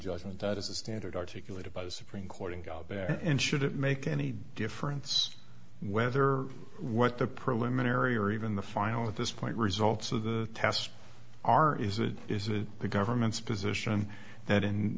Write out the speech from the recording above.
judgment that is the standard articulated by the supreme court and got there and should it make any difference whether what the preliminary or even the final at this point results of the test are is it is it the government's position that in